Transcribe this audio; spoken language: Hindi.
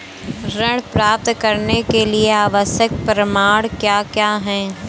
ऋण प्राप्त करने के लिए आवश्यक प्रमाण क्या क्या हैं?